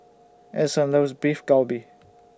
Ason loves Beef Galbi